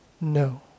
No